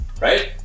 right